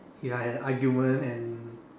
if I had an argument and